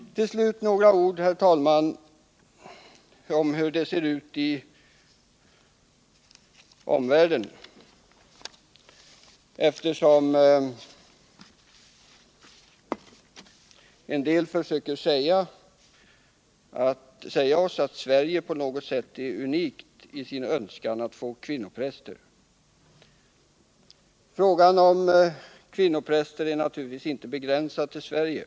Till slut några ord, herr talman, om hur det ser ut i omvärlden. eftersom en del försöker säga oss att Sverige på något sätt är unikt i sin önskan att få kvinnopräster. Frågan om kvinnopräster är naturligtvis inte aktuellt bara i Sverige.